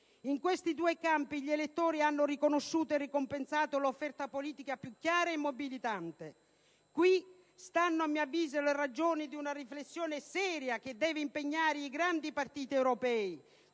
In questi due campi, gli elettori hanno riconosciuto e ricompensato l'offerta politica più chiara e mobilitante. In questo stanno - a mio avviso - le ragioni di una riflessione seria che deve impegnare i grandi partiti europei,